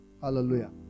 Hallelujah